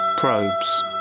probes